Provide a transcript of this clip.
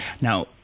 Now